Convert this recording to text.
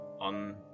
on